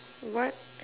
what